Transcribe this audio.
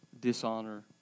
dishonor